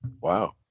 Wow